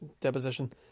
deposition